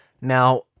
Now